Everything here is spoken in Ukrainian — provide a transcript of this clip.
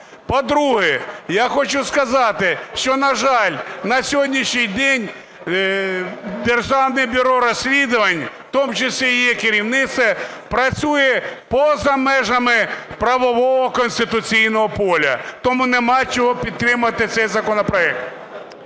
По-друге, я хочу сказати, що, на жаль, на сьогоднішній день Державне бюро розслідувань, у тому числі його керівництво, працює поза межами правового конституційного поля. Тому нема чого підтримувати цей законопроект.